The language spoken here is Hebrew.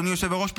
אדוני היושב-ראש,